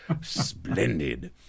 Splendid